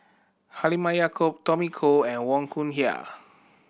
Halimah Yacob Tommy Koh and Wong Yoon Wah